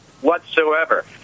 whatsoever